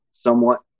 Somewhat